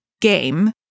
game